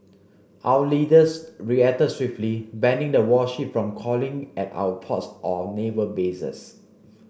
our leaders reacted swiftly banning the warship from calling at our ports or naval bases